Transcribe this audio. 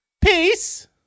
Peace